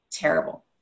terrible